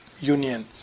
union